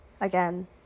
again